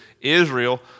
Israel